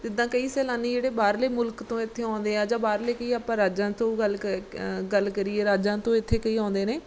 ਜਿੱਦਾਂ ਕਈ ਸੈਲਾਨੀ ਜਿਹੜੇ ਬਾਹਰਲੇ ਮੁਲਕ ਤੋਂ ਇੱਥੇ ਆਉਂਦੇ ਆ ਜਾਂ ਬਾਹਰਲੇ ਕਈ ਆਪਾਂ ਰਾਜਾਂ ਤੋਂ ਗੱਲ ਕ ਗੱਲ ਕਰੀਏ ਰਾਜਾਂ ਤੋਂ ਇੱਥੇ ਕਈ ਆਉਂਦੇ ਨੇ